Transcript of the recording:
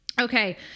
okay